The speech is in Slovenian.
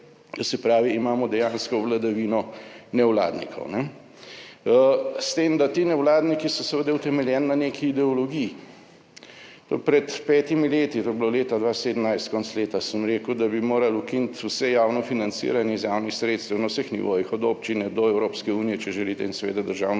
imamo dejansko vladavino nevladnikov, s tem, da ti nevladniki so seveda utemeljeni na neki ideologiji. Pred petimi leti, to je bilo leta 2017, konec leta, sem rekel, da bi morali ukiniti vse javno financiranje iz javnih sredstev na vseh nivojih, od občine do Evropske unije, če želite in seveda državno